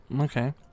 okay